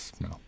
No